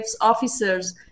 officers